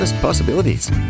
Possibilities